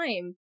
time